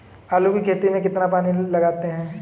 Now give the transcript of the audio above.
आलू की खेती में कितना पानी लगाते हैं?